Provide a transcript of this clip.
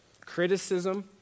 criticism